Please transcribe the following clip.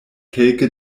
kelke